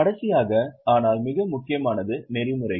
கடைசியாக ஆனால் மிக முக்கியமானது நெறிமுறைகள்